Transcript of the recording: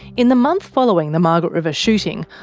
in the month following the margaret river shooting,